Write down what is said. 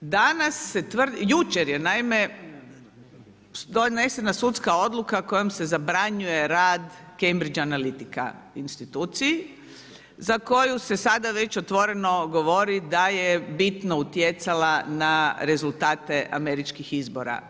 Jučer je naime, donesena sudska odluka kojom se zabranjuje rad Cambridge analitika instituciji, za koju se sada već otvoreno govori da je bitno utjecala na rezultate američkih izbora.